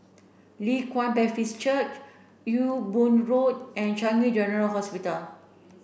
Leng Kwang Baptist Church Ewe Boon Road and Changi General Hospital